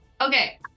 Okay